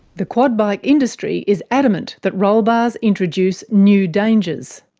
the quad bike industry is adamant that roll bars introduce new dangers.